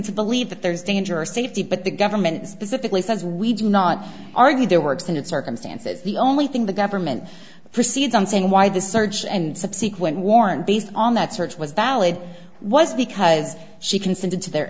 to believe that there is injure safety but the government specifically says we do not argue there were extended circumstances the only thing the government proceeds on saying why the search and subsequent warrant based on that search was valid was because she consented to their